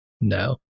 No